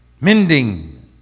Mending